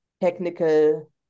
technical